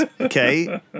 okay